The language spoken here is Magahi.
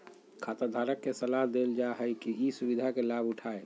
खाताधारक के सलाह देल जा हइ कि ई सुविधा के लाभ उठाय